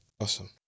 Awesome